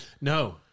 No